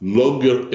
longer